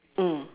mm